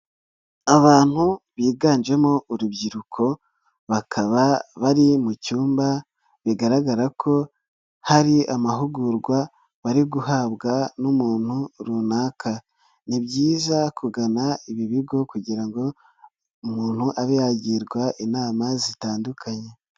Abantu biganjemo urubyiruko, bakaba bari mu cyumba bigaragara ko hari amahugurwa bari guhabwa n'umuntu runaka, ni byiza kugana ibi bigo kugira ngo umuntu abe yagirwa inama zitandukanye.